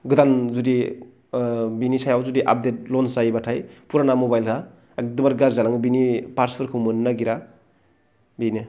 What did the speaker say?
गोदान जुदि ओ बिनि सायाव जुदि आपडेट लनस जायोब्लाथाय फुराना मबाइला एगदमबारे गारजि जालाङो बिनि पार्टसफोरखौ मोननो नागेरा बेनो